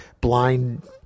blind